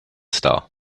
star